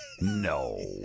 no